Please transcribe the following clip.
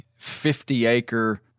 50-acre